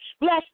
Bless